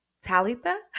talitha